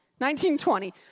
1920